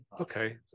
okay